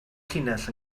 llinell